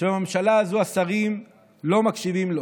שבממשלה הזו השרים לא מקשיבים לו.